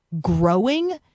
growing